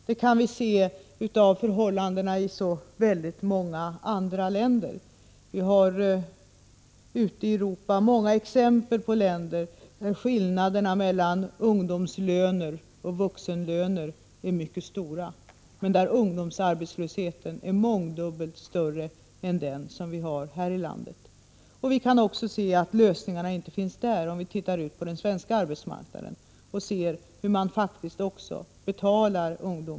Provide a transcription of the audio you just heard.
Det kan vi se om vi studerar förhållandena i väldigt många andra länder. Ute i Europa finns det många länder där skillnaderna mellan ungdomslöner och vuxenlöner är mycket stora men där ungdomsarbetslösheten är mångdubbelt större än den är i vårt land. Inte heller där finns lösningarna. Det framgår om vi studerar hur det ser ut på den svenska arbetsmarknaden, där ungdomarna faktiskt betalas.